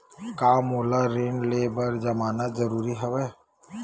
का मोला ऋण ले बर जमानत जरूरी हवय?